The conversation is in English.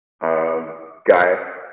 guy